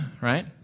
right